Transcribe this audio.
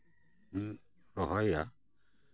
ᱨᱚᱦᱚᱭᱟ